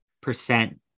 percent